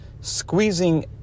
squeezing